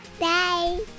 Bye